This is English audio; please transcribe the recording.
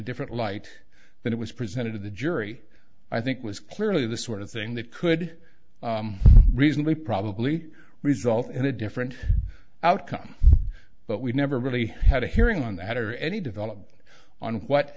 different light than it was presented to the jury i think was clearly the sort of thing that could reasonably probably result in a different outcome but we never really had a hearing on that or any developed on what